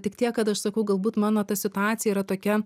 tik tiek kad aš sakau galbūt mano ta situacija yra tokia